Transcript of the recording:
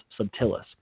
subtilis